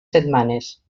setmanes